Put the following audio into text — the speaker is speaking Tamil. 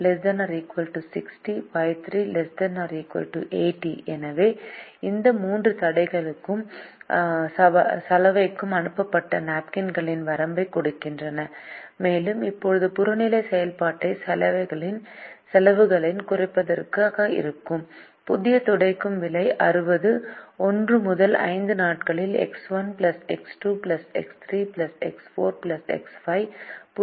எனவே Y 1≤100 Y 2≤60 Y 3≤80 எனவே இந்த மூன்று தடைகளும் சலவைக்கு அனுப்பப்பட்ட நாப்கின்களின் வரம்பைக் கொடுக்கின்றன மேலும் இப்போது புறநிலை செயல்பாடு செலவுகளைக் குறைப்பதாக இருக்கும் புதிய துடைக்கும் விலை 60 1 முதல் 5 நாட்களில் x 1 x 2 x 3 x 4 x 5 புதிய நாப்கின்களை வாங்குகிறோம்